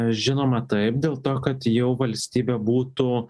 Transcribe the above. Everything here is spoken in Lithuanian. žinoma taip dėl to kad jau valstybė būtų